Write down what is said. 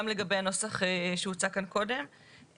גם לגבי הנוסח שהוצע כאן קודם.